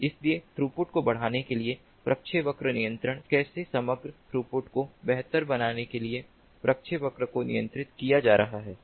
इसलिए थ्रूपुट को बढ़ाने के लिए प्रक्षेपवक्र नियंत्रण कैसे समग्र थ्रूपुट को बेहतर बनाने के लिए प्रक्षेपवक्र को नियंत्रित किया जा रहा है